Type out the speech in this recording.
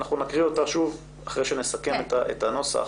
אנחנו נקריא אחרי שנסכם את הנוסח